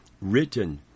written